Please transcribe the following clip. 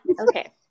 Okay